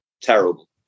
terrible